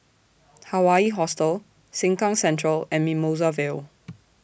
Hawaii Hostel Sengkang Central and Mimosa Vale